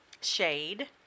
shade